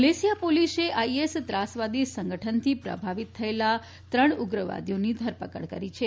Malaysia પોલીસે IS ત્રાસવાદી સંગઠનથી પ્રભાવિત થયેલા ત્રણ ઉગ્રવાદીઓની ધરપકડ કરી છે